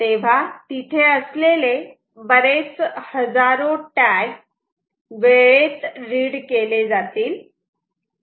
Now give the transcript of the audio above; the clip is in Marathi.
तेव्हा तिथे असलेले बरेच हजारो टॅग वेळेत रिड केले जातील